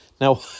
Now